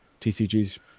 TCG's